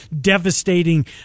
devastating